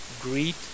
greet